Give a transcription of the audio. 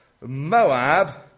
Moab